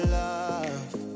love